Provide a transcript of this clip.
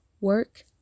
work